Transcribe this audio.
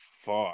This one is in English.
fuck